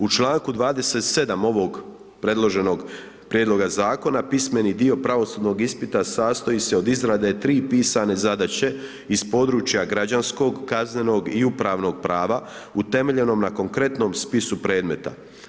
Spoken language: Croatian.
U članku 27. ovog predloženog prijedloga zakona, pismeni dio pravosudnog ispita sastoji se od izrade 3 pisane zadaće iz područja građanskog, kaznenog i upravnog prava utemeljenom na konkretnom spisu predmeta.